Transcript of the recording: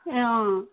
ए